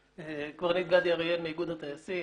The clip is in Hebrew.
קברניט גדי אריאל, איגוד הטייסים.